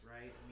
right